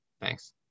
Thanks